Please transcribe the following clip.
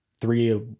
three